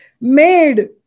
made